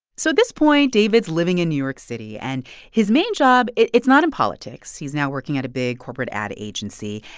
so this point, david's living in new york city, and his main job it's not in politics. he's now working at a big corporate ad agency.